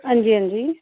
हां जी हां जी